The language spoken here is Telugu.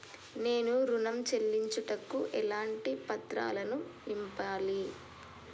నేను ఋణం చెల్లించుటకు ఎలాంటి పత్రాలను నింపాలి?